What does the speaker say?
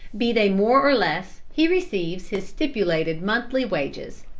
be they more or less, he receives his stipulated monthly wages.